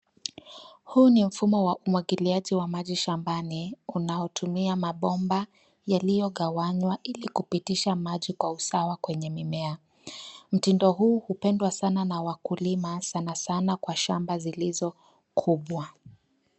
Huu ni mfumo wa umwagiliaji wa maji shambani unaotumia mabomba yaliyogawanywa ili kupitisha maji kwa usawa kwenye mimea. Mtindo huu hupendwa sana na wakulima sanasana kwa shamba zilizo kubwa.